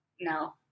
No